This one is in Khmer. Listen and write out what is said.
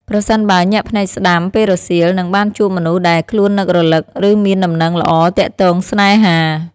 ប្រសិនបើ ញាក់ភ្នែកស្តាំ ពេលរសៀល នឹងបានជួបមនុស្សដែលខ្លួននឹករឭក ឬមានដំណឹងល្អទាក់ទងស្នេហា។